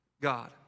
God